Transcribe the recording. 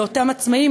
לאותם עצמאים,